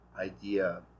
idea